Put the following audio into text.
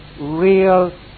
real